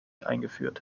eingeführt